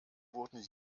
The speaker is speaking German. wurden